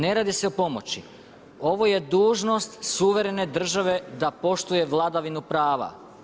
Ne radi se o pomoći, ovo je dužnost suverene države da poštuje vladavinu prava.